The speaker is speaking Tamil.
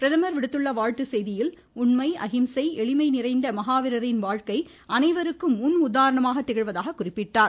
பிரதமர் விடுத்துள்ள வாழ்த்து செய்தியில் உண்மை அகிம்சை எளிமை நிறைந்த மகாவீரரின் வாழ்க்கை அனைவருக்கும் முன் உதாரணமாக இருப்பதாக குறிப்பிட்டார்